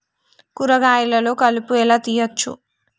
కూరగాయలలో కలుపు ఎలా తీయచ్చు?